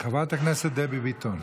חברת הכנסת דבי ביטון.